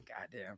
goddamn